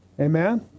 Amen